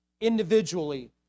individually